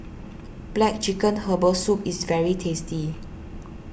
Black Chicken Herbal Soup is very tasty